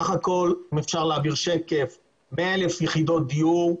בסך הכול 100,000 יחידות דיור,